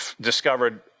discovered